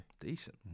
Decent